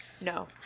No